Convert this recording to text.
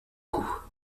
coups